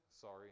Sorry